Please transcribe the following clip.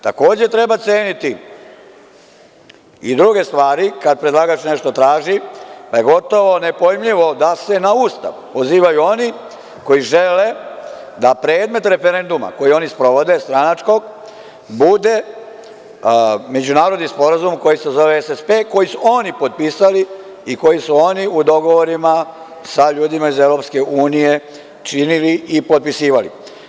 Takođe, treba ceniti i druge stvari kada predlagač nešto traži da je gotovo nepojmljivo da se na Ustav pozivaju oni koji žele da predmet referenduma koji oni sprovode, stranačkog, bude međunarodni sporazum koji se zove SSP koji su oni potpisali i koji su oni u dogovorima sa ljudima iz EU činili i potpisivali.